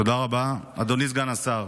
תודה רבה, אדוני סגן השר.